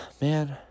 man